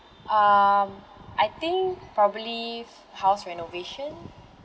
um I think probably house renovation